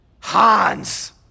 Hans